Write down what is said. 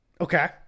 Okay